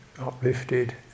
uplifted